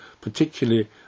particularly